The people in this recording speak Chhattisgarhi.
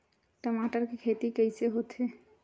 टमाटर के खेती कइसे होथे?